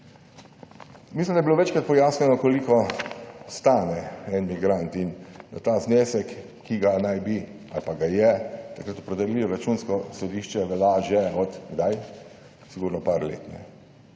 Mislim, da je bilo večkrat pojasnjeno koliko stane en migrant in da ta znesek, ki ga naj bi ali pa ga je takrat opredelilo Računsko sodišče v lažje od kdaj - sigurno par let,